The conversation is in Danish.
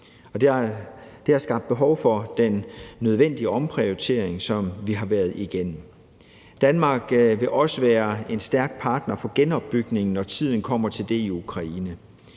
Det har skabt behov for den nødvendige omprioritering, som vi har været igennem. Danmark vil også være en stærk partner i genopbygningen, når tiden kommer til det i Ukraine.